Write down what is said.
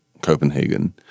Copenhagen